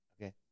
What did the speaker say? okay